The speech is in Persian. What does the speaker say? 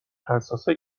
حساسه